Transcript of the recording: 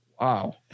Wow